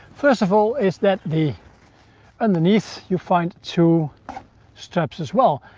first of all, is that the underneath you find two straps as well.